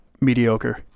mediocre